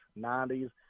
90s